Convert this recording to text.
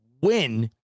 win